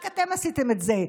רק אתם עשיתם את זה,